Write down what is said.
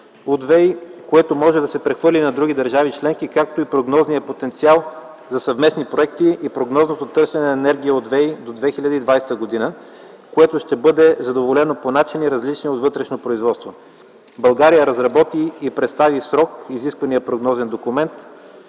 ВЕИ, което може да се прехвърли на други държави членки, както и прогнозният потенциал за съвместни проекти и прогнозното търсене на енергия от ВЕИ до 2020 г., което ще бъде задоволено по начини, различни от вътрешно производство. България разработи и представи в срок изисквания прогнозен документ,